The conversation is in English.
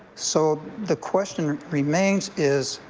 so the question remains is